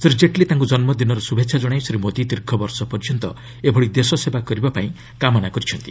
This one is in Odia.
ଶ୍ରୀ ଜେଟ୍ଲୀ ତାଙ୍କୁ ଜନ୍ମଦିନର ଶୁଭେଚ୍ଛା ଜଣାଇ ଶ୍ରୀ ମୋଦି ଦୀର୍ଘ ବର୍ଷ ପର୍ଯ୍ୟନ୍ତ ଏଭଳି ଦେଶସେବା କରିବାପାଇଁ କାମନା କରିଛନ୍ତି